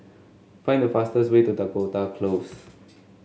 find the fastest way to Dakota Close